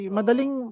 madaling